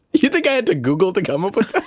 you think i had to google to come up with that?